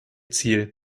ziel